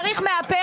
למה צריך מאפרת?